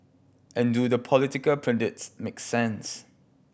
and do the political pundits make sense